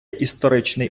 історичний